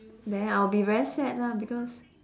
then I'll be very sad lah because